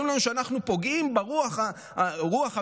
אומרים לנו שאנחנו פוגעים ברוח המלחמה.